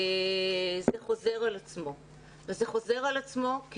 זה חוזר על עצמו וזה חוזר על עצמו כי